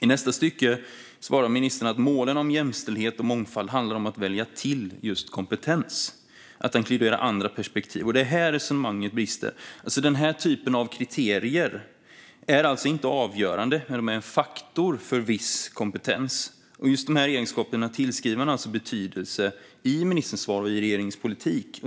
I nästa stycke svarar ministern att målen om jämställdhet och mångfald handlar om att välja till just kompetens och att inkludera andra perspektiv. Det är här resonemanget brister. Den här typen av kriterier är alltså inte avgörande, men de är en faktor för viss kompetens. Just dessa egenskaper tillskriver man alltså betydelse i ministerns svar och i regeringens politik.